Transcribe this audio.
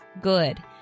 good